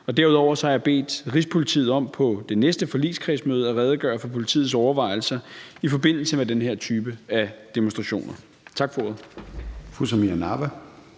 Derudover har jeg bedt Rigspolitiet om på det næste forligskredsmøde at redegøre for politiets overvejelser i forbindelse med den her type af demonstrationer.